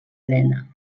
lena